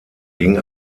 ging